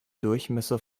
durchmesser